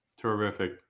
Terrific